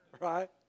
Right